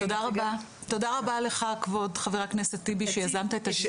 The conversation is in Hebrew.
תודה רבה לך חבר הכנסת טיבי שיזמת את הדיון.